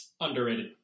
Underrated